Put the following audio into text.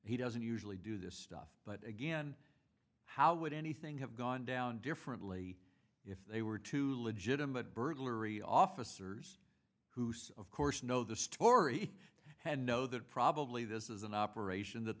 he doesn't usually do this stuff but again how would anything have gone down differently if they were to legitimate burglary officers who so of course know the story and know that probably this is an operation that